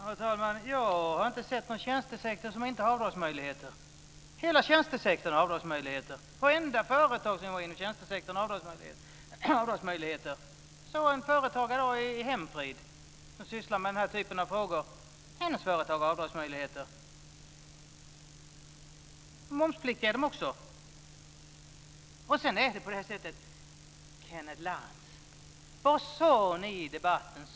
Herr talman! Jag har inte sett någon tjänstesektor som inte har avdragsmöjligheter. Hela tjänstesektorn har avdragsmöjligheter. Vartenda företag som jobbar inom tjänstesektorn har avdragsmöjligheter. Ett företag som i dag sysslar med den här typen av frågor är Hemfrid. Det företaget har avdragsmöjligheter. Momspliktiga är de också. Och sedan, Kenneth Lantz: Vad sade ni i debatten?